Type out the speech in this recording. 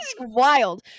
wild